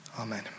Amen